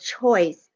choice